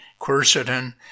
quercetin